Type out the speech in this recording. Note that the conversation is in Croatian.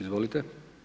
Izvolite.